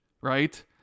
right